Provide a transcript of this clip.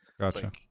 Gotcha